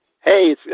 Hey